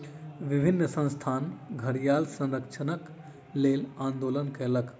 विभिन्न संस्थान घड़ियाल संरक्षणक लेल आंदोलन कयलक